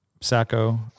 Sacco